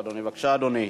בבקשה, אדוני.